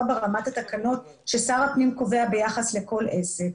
ברמת התקנות ששר הפנים קובע ביחס לכל עסק,